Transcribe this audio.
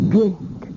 Drink